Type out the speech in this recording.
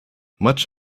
much